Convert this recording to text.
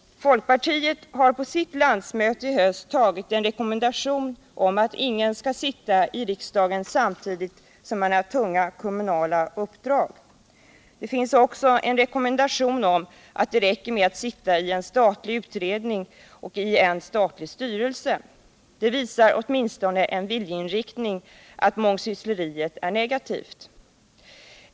Folkpartiet har på sitt landsmöte i höst antagit en rekommendation om att ingen skall sitta i riksdagen samtidigt som han har tunga kommunala uppdrag. Det finns också en rekommendation att det räcker med att sitta i en statlig utredning och i en statlig styrelse. Det visar åtminstone en viljeinriktning, att mångsyssleri är negativt.